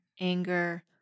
anger